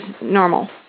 normal